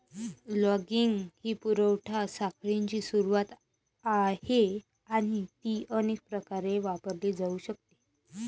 logging ही पुरवठा साखळीची सुरुवात आहे आणि ती अनेक प्रकारे वापरली जाऊ शकते